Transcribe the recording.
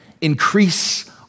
increase